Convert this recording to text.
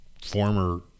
former